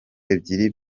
ebyiri